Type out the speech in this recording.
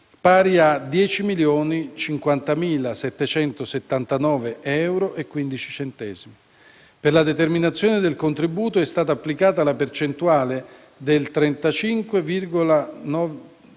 pari a euro 10.050.779,15. Per la determinazione del contributo è stata applicata la percentuale del 35,952